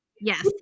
yes